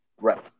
Right